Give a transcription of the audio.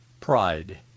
pride